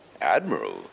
Admiral